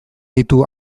ditu